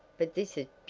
but this is